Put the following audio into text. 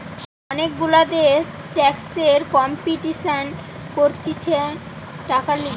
অনেক গুলা দেশ ট্যাক্সের কম্পিটিশান করতিছে টাকার লিগে